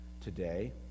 today